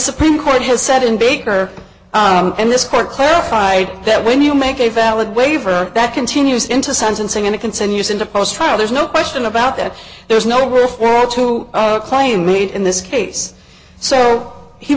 supreme court has said in baker and this court clarified that when you make a valid waiver that continues into sentencing and it continues into post trial there's no question about that there's nowhere for it to claim made in this case so he